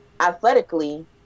athletically